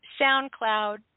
SoundCloud